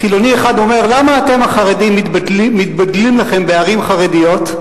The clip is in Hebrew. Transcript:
חילוני אחד אומר: למה אתם החרדים מתבדלים לכם בערים חרדיות,